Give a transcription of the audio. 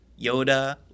Yoda